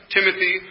Timothy